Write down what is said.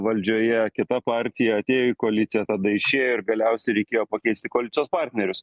valdžioje kita partija atėjo į koaliciją tada išėjo ir galiausiai reikėjo pakeisti koalicijos partnerius